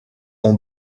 ont